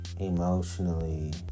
emotionally